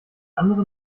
anderen